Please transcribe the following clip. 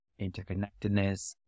interconnectedness